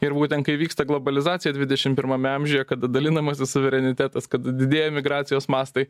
ir būtent kai vyksta globalizacija dvidešim pirmame amžiuje kada dalinamasis suverenitetas kad didėja migracijos mastai